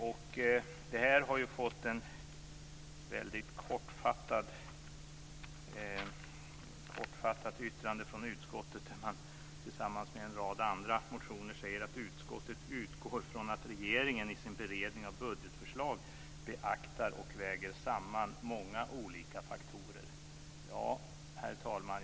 Utskottet har gjort ett väldigt kortfattat yttrande om detta. Man yttrar sig också om en rad andra motioner och säger att utskottet utgår från att regeringen i sin beredning av budgetförslag beaktar och väger samman många olika faktorer. Herr talman!